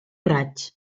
raig